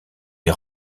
est